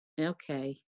Okay